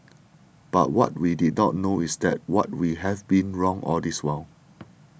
but what we did not know is that what we have been wrong all this while